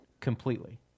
completely